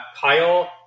Kyle